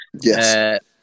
Yes